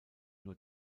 nur